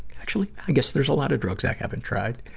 actually, i guess there's a lot of drugs i haven't tried.